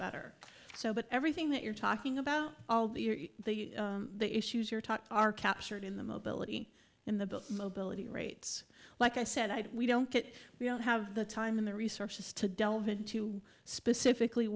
better so but everything that you're talking about all the issues you're taught are captured in the mobility in the mobility rates like i said i we don't get we don't have the time and the resources to delve into specifically